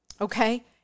Okay